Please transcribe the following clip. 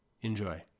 Enjoy